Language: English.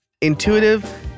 intuitive